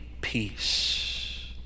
peace